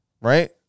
Right